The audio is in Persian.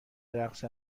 رقص